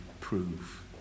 prove